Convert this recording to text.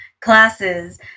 classes